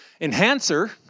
enhancer